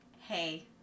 hey